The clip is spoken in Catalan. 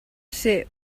ser